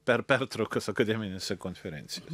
per pertraukas akademinėse konferencijose